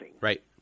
Right